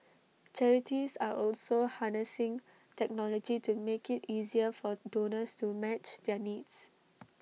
charities are also harnessing technology to make IT easier for donors to match their needs